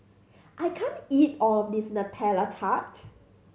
I can't eat all of this Nutella Tart